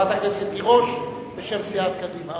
חברת הכנסת תירוש בשם סיעת קדימה.